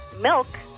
milk